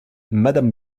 madame